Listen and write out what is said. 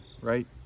right